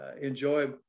enjoy